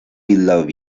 love